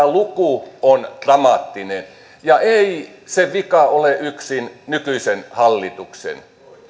luku on dramaattinen eikä se vika ole yksin nykyisen hallituksen